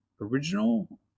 original